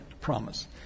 promise